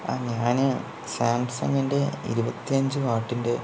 ആ ഞാൻ സാംസങ്ങിൻ്റെ ഇരുപത്തി അഞ്ച് വാട്ടിൻ്റെ